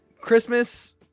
Christmas